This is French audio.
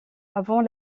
avant